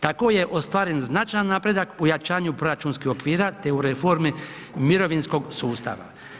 Tako je ostvaren značajan napredak u jačanju proračunskih okvira te u reformi mirovinskog sustava.